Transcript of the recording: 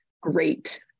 great